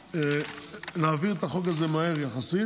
אנחנו נעביר את החוק הזה מהר יחסית,